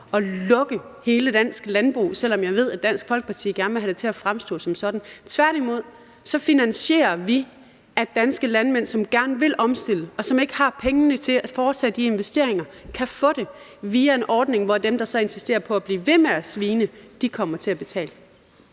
at lukke hele dansk landbrug, selv om jeg ved, at Dansk Folkeparti gerne vil have det til at fremstå sådan, men tværtimod finansierer vi, at danske landmænd, som gerne vil omstille, men som ikke har pengene til at foretage de investeringer, kan få det via en ordning, hvor dem, der så insisterer på at blive ved med at svine, kommer til at betale.